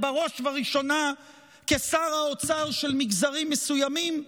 בראש ובראשונה כשר האוצר של מגזרים מסוימים?